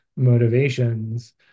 motivations